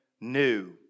new